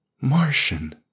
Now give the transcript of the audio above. Martian